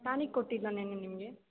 tonic ಕೊಟ್ಟಿದ್ದೆನಾ ನಿನ್ನೆ ನಿಮಗೆ